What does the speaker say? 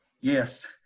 Yes